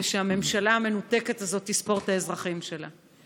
שהממשלה המנותקת הזאת תספור את האזרחים שלה?